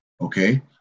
Okay